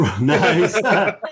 Nice